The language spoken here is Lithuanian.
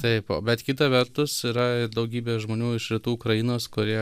taip bet kita vertus yra ir daugybė žmonių iš rytų ukrainos kurie